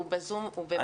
הוא בזום.